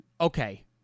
Okay